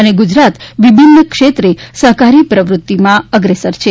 અને ગુજરાત વિભિન્ન ક્ષેત્રે સહકારી પ્રવૃતિમાં અગ્રેસર છે